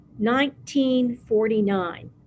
1949